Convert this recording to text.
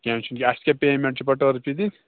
کیٚنہہ چھُنہٕ اَسَہِ کیٛاہ پیمینٛٹ چھِ پتہٕ ٹٔرٕفہِ دِنۍ